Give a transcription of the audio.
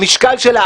המשקל שלה,